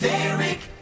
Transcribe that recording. Derek